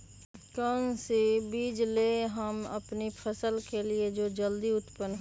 कौन सी बीज ले हम अपनी फसल के लिए जो जल्दी उत्पन हो?